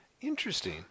Interesting